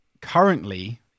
Currently